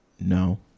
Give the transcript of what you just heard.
No